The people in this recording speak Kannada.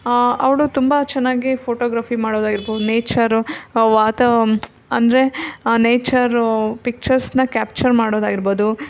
ಅವಳು ತುಂಬ ಚೆನ್ನಾಗಿ ಫೋಟೊಗ್ರಫಿ ಮಾಡೋದಾಗಿರ್ಬೋದು ನೇಚರು ವಾತಾ ಅಂದರೆ ನೇಚರು ಪಿಕ್ಚರ್ಸನ್ನ ಕ್ಯಾಪ್ಚರ್ ಮಾಡೋದಾಗಿರ್ಬೋದು